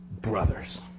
brothers